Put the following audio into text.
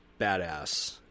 badass